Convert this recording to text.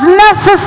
necessary